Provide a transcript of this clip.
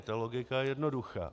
Ta logika je jednoduchá.